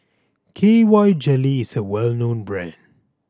K Y Jelly is a well known brand